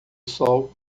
sol